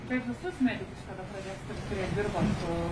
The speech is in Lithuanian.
taip visus medikus tada pradės tuos kurie dirba su